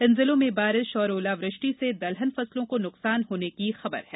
इन जिलों में बारिश और ओलावृष्टि से दलहन फसलों को नुकसान होने की खबर है